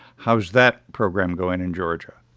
how's that program going in georgia?